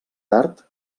tard